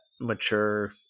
mature